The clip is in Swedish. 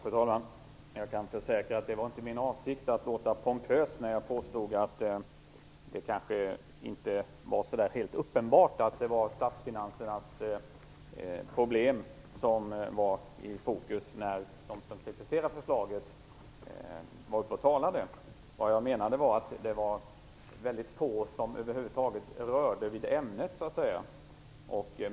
Fru talman! Jag kan försäkra att det inte var min avsikt att låta pompös när jag påstod att det kanske inte var helt uppenbart att det var problemet med statsfinanserna som var i fokus när ni som kritiserar förslaget talade i debatten. Det var väldigt få som över huvud taget rörde vid ämnet.